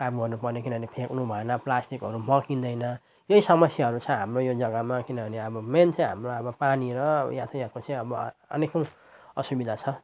काम गर्नुपर्ने किनभने फ्याँक्नु भएन प्लास्टिकहरू मकिँदैन यही समस्याहरू छ हाम्रो यो जग्गामा किनभने अब मेन चाहिँ हाम्रो अब पानी र यातायातको चाहिँ अब अनेकौँ असुविधा छ